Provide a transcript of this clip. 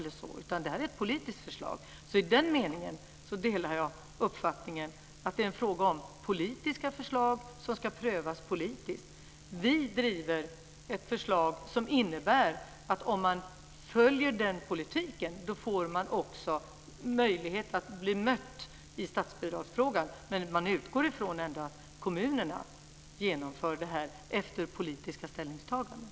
Det här är ett politiskt förslag, så i den meningen delar jag uppfattningen att det är en fråga om politiska förslag som ska prövas politiskt. Vi driver ett förslag som innebär att om man följer den politiken får man också möjlighet att bli mött i statsbidragsfrågan. Men vi utgår ändå från att kommunerna genomför det här efter politiska ställningstaganden.